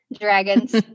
dragons